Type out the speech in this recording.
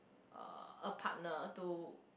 uh a partner to